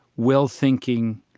well-thinking,